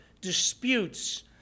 disputes